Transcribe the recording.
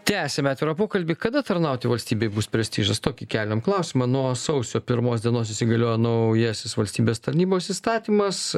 tęsiame atvirą pokalbį kada tarnauti valstybei bus prestižas tokį keliam klausimą nuo sausio pirmos dienos įsigaliojo naujasis valstybės tarnybos įstatymas